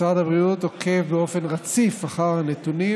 משרד הבריאות עוקב באופן רציף אחר הנתונים